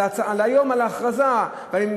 ההכרזה של היום,